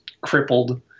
crippled